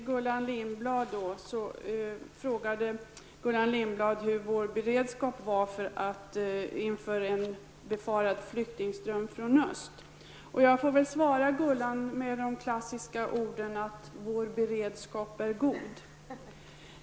Herr talman! Jag vänder mig först till Gullan Lindblad. Hon frågade hur vår beredskap är inför en befarad flyktingström från öst. Jag får svara henne med de klassiska orden att vår beredskap är god.